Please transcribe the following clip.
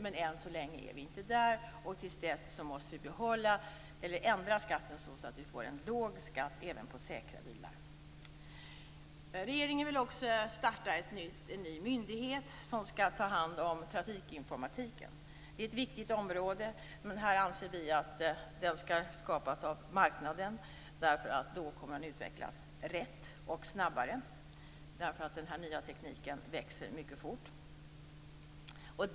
Men än så länge är vi inte där, och till dess måste vi ändra skatten så att det blir en låg skatt även på säkra bilar. Regeringen vill också starta en ny myndighet som skall ta hand om trafikinformatiken. Det är ett viktigt område. Men vi anser att den skall skapas av marknaden, därför att då kommer den att utvecklas på rätt sätt och snabbare. Den här nya tekniken växer mycket fort.